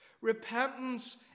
Repentance